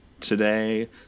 today